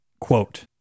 quote